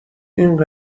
این